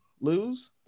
lose